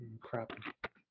crap